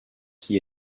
qui